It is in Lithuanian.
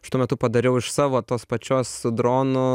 aš tuo metu padariau iš savo tos pačios su dronu